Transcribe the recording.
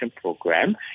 program